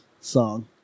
song